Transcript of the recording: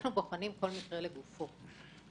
כל מקרה לגופו.